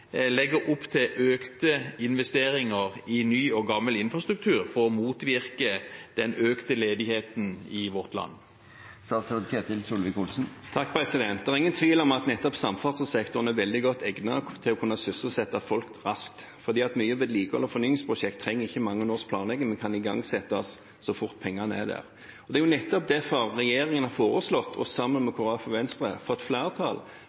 opp til økte investeringer i ny og gammel infrastruktur for å motvirke den økte ledigheten i vårt land? Det er ingen tvil om at nettopp samferdselssektoren er veldig godt egnet til å kunne sysselsette folk raskt, fordi mange vedlikeholds- og fornyingsprosjekt ikke trenger mange års planlegging, men kan igangsettes så fort pengene er der. Det er nettopp derfor regjeringen har foreslått, og sammen med Kristelig Folkeparti og Venstre fått flertall